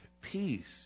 peace